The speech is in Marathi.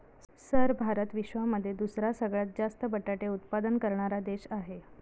सर भारत विश्वामध्ये दुसरा सगळ्यात जास्त बटाटे उत्पादन करणारा देश आहे